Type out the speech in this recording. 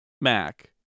Mac